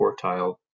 quartile